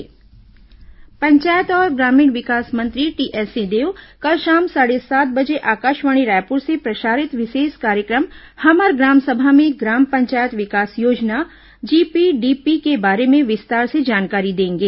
हमर ग्राम सभा पंचायत और ग्रामीण विकास मंत्री टीएस सिंहदेव कल शाम साढ़े सात बजे आकाशवाणी रायपुर से प्रसारित विशेष कार्यक्रम हमर ग्राम सभा में ग्राम पंचायत विकास योजना जीपीडीपी के बारे में विस्तार से जानकारी देंगे